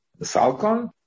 Salcon